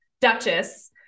duchess